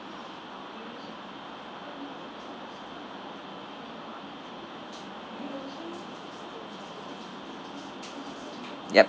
ya